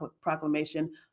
Proclamation